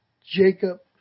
Jacob